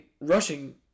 rushing